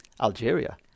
Algeria